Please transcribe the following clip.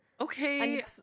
Okay